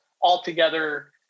altogether